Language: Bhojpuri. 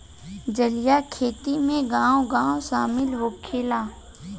जलीय खेती में गाँव गाँव शामिल होखेला